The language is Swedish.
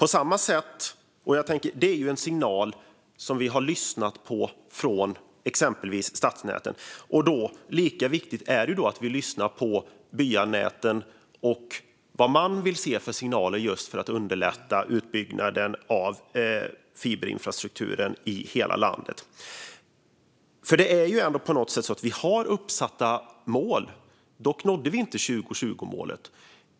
Det är en signal som vi har lyssnat på från exempelvis stadsnäten. Lika viktigt är det att vi lyssnar på byanäten och vad de vill se för signaler just för att underlätta utbyggnaden av fiberinfrastrukturen i hela landet. Det är ju ändå på något sätt så att vi har uppsatta mål. Dock nådde vi inte 2020-målet.